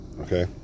okay